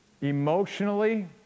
emotionally